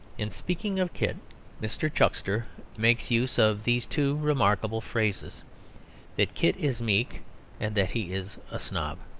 in speaking of kit mr. chuckster makes use of these two remarkable phrases that kit is meek and that he is a snob.